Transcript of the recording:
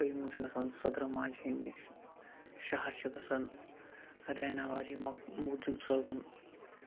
چھِ گَژھان سٔدرٕ ماجہِ ہٕنٛدۍ نِش شَہَر چھِ گَژھان ریناواری مۄق مُقدوٗم صٲبُن